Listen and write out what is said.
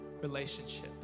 relationship